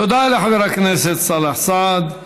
תודה לחבר הכנסת סלח סעד.